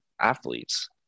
athletes